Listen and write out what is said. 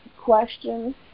Questions